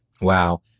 Wow